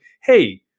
Hey